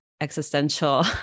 existential